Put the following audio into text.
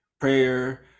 prayer